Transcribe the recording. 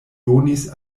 donis